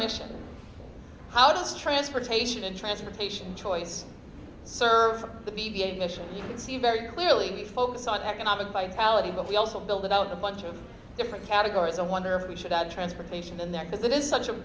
mission how does transportation and transportation choice serve the b b a mission you can see very clearly the focus on economic vitality but we also build out a bunch of different categories i wonder if we should add transportation in there because that is such a